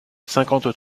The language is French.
cinquante